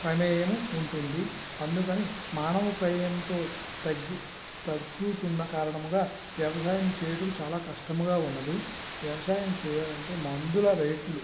ప్రమేయము ఉంటుంది అందుకని మానవ ప్రమేయంతో తగ్గుతున్న కారణముగా వ్యవసాయం చేయుటకు చాలా కష్టముగా ఉన్నది వ్యవసాయం చేయాలంటే మందుల రేట్లు